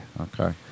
Okay